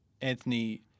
Anthony